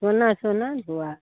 सोना सोना हुआ